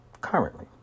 currently